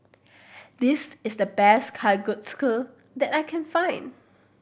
this is the best Kalguksu that I can find